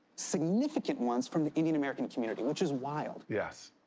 significant ones, from the indian american community, which is wild. yes.